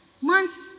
months